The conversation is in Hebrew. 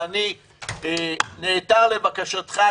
ואני נעתר לבקשתך,